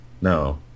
no